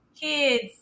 kids